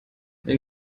ein